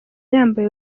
yambaye